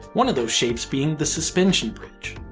one of those shapes being the suspension bridge.